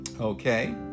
okay